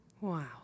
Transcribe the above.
Wow